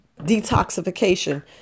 detoxification